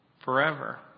forever